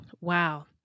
Wow